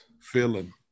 Feeling